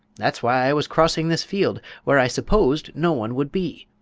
that's why i was crossing this field, where i supposed no one would be.